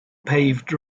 paved